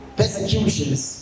persecutions